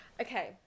Okay